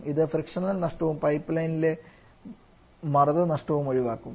ഇത് ഫ്രിക്ഷനൽ നഷ്ടവും pipeline ലെ മർദ്ദ നഷ്ടവും ഒഴിവാക്കും